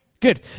Good